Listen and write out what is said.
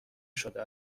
شده